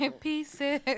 Pieces